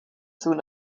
soon